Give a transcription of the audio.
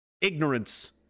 Ignorance